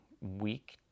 week